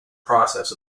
process